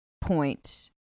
point